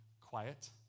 quiet